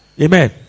Amen